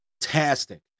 fantastic